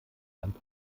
land